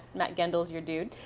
mat gendle is your dude.